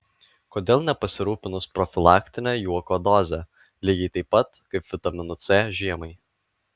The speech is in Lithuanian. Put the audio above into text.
kodėl nepasirūpinus profilaktine juoko doze lygiai taip pat kaip vitaminu c žiemai